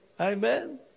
Amen